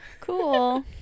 Cool